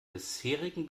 bisherigen